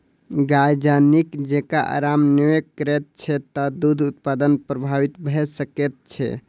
गाय जँ नीक जेँका आराम नै करैत छै त दूध उत्पादन प्रभावित भ सकैत छै